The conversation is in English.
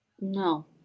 No